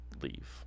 Leave